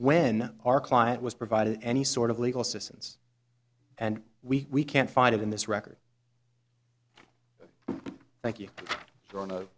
when our client was provided any sort of legal assistance and we can't find it in this record thank you throw in